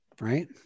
right